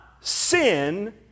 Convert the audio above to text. sin